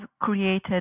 created